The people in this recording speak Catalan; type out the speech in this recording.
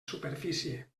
superfície